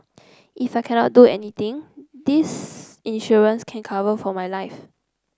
if I cannot do anything this insurance can cover for my life